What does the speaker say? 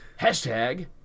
Hashtag